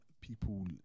people